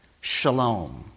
shalom